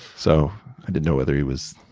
so i didn't know whether he was